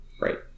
right